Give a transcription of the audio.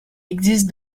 existe